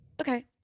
Okay